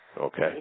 Okay